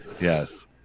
Yes